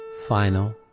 final